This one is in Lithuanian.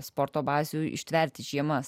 sporto bazių ištverti žiemas